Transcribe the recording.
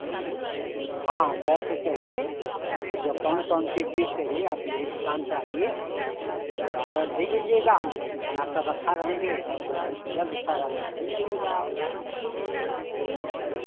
हाँ जै ठो चाहिए को जो कौन कौनसी चीज़ चाहिए आप मेरी दुकान पर आइए और ऑर्डर दे दीजिएगा हम बनाकर रखा रहेंगे और जो आप जब इच्छा हो अपना ले जाइएगा आप